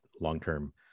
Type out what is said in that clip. long-term